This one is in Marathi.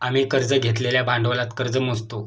आम्ही कर्ज घेतलेल्या भांडवलात कर्ज मोजतो